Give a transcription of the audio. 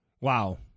Wow